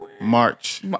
March